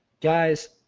Guys